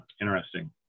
Interesting